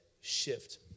shift